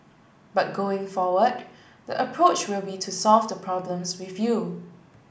but going forward the approach will be to solve the problems with you